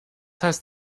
heißt